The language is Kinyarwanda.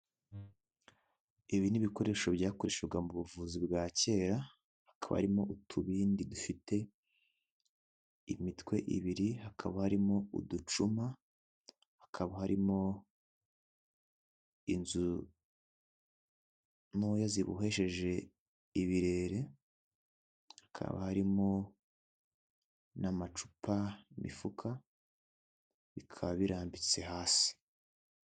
Ibi ni ibikoresho byakoreshwaga mu buvuzi bwa kera, hakaba harimo utubindi dufite imitwe ibiri hakaba harimo uducuma hakaba harimo inzu ntoya zibohesheje ibirere hakaba harimo n'amacupa, imifuka bikaba birambitse hasi.